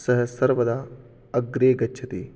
सः सर्वदा अग्रे गच्छति